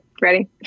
Ready